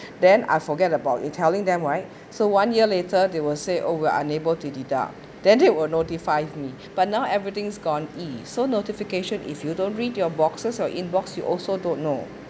then I forget about in telling them right so one year later they will say oh we are unable to deduct then it will notify me but now everything's gone E so notification if you don't read your boxes or inbox you also don't know